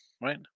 right